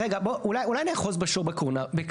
רגע, בוא, אולי נאחז בשור בקרניו.